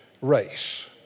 race